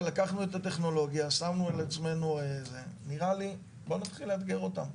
לקחנו את הטכנולוגיה ונראה לי שצריך להתחיל לאתגר עם זה.